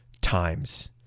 times